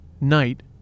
night